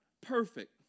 perfect